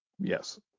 Yes